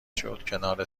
شد، کنار